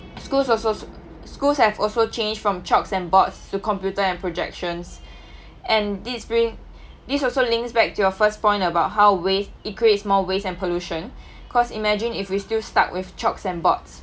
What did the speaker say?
schools also schools have also changed from chalks and boards to computer and projections and these bring this also links back to your first point about how waste it creates more waste and pollution cause imagine if we still stuck with chalks and boards